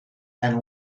and